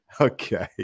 Okay